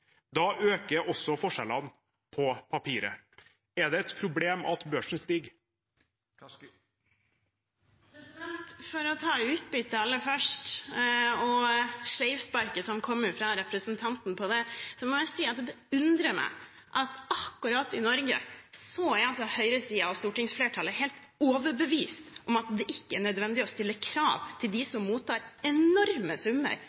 Da øker også forskjellene – på papiret. Er det et problem at børsen stiger? For å ta utbytte aller først, og sleivsparket som kommer fra representanten om det: Jeg må si det undrer meg at akkurat i Norge er høyresiden og stortingsflertallet helt overbevist om at det ikke er nødvendig å stille krav til dem som mottar enorme summer